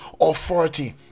authority